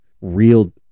real